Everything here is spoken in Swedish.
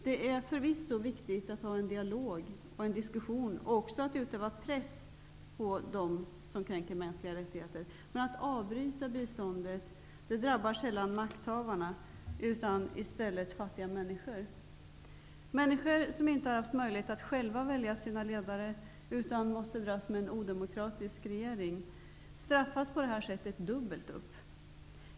Det är förvisso viktigt att ha en dialog och en diskussion, och det gäller också att utöva press på dem som kränker mänskliga rättigheter. Men om biståndet avbryts drabbas sällan makthavarna. I stället drabbas fattiga människor. Människor som inte har haft möjlighet att själva välja sina ledare utan som måste dras med en odemokratisk regering straffas på det här sättet dubbelt upp.